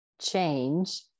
change